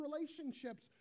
relationships